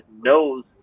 knows